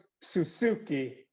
Suzuki